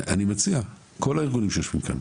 אני מציע כל הארגונים שיושבים כאן,